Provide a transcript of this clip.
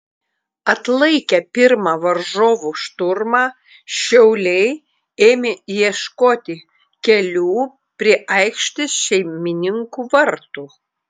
atlaikę pirmą varžovų šturmą šiauliai ėmė ieškoti kelių prie aikštės šeimininkų vartų